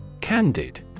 Candid